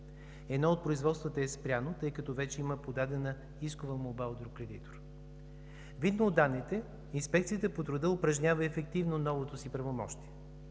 Едно от производствата е спряно, тъй като вече има подадена искова молба от кредитор. Видно от данните Инспекцията по труда упражнява ефективното новото си правомощие.